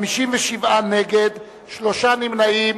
57 נגד, שלושה נמנעים.